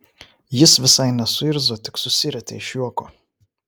jis visai nesuirzo tik susirietė iš juoko